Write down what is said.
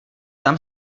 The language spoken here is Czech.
tam